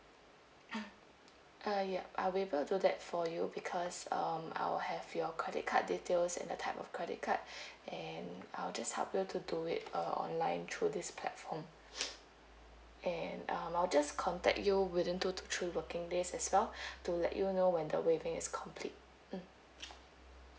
ah ya I'll able do that for you because um I'll have your credit card details and the type of credit card and I'll just help you to do it uh online through this platform and um I'll just contact you within two to three working days as well to let you know when the waiving is complete mm